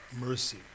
mercy